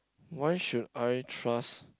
why should I trust